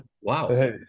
wow